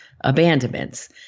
abandonments